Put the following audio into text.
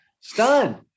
Stunned